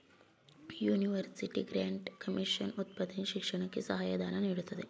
university grant commission ಉನ್ನತ ಶಿಕ್ಷಣಕ್ಕೆ ಸಹಾಯ ಧನ ನೀಡುತ್ತದೆ